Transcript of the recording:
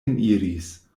eniris